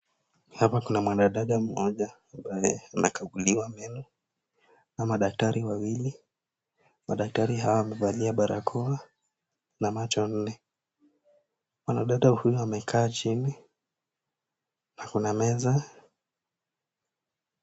Kuna mwanadada mmoja ambaye anakaguliwa meno na madaktari wawili ambao wamevalia barakoa na macho nne. Mwanadada huyo amekaa chini na kuna meza.